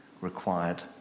required